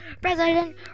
President